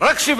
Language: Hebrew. רק 7.5%